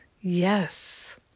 yes